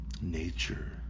nature